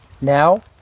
Now